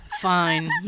fine